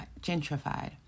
gentrified